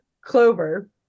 Clover